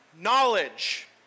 knowledge